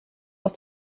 aus